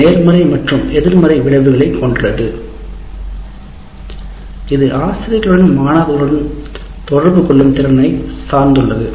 இது நேர்மறை மற்றும் எதிர்மறை விளைவுகளை கொண்டுள்ளது இது ஆசிரியர்களுடன் மாணவர்களுடன் தொடர்பு கொள்ளும் திறனை சார்ந்துள்ளது